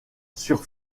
sur